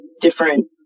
different